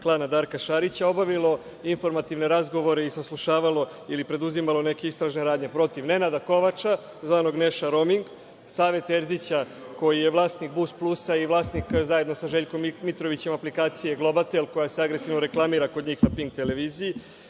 klana Darka Šarića, obavilo informativne razgovore i saslušavalo ili preduzimalo neke istražne radnje protiv Nenada Kovača zvanog Neša Roming, Save Terzića koji je vlasnik „BUS plusa“ i vlasnik, zajedno sa Željkom Mitrovićem, aplikacije „Globatel“, koja se agresivno reklamira kod njih na Pink televiziji?